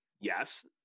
yes